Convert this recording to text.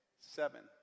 seven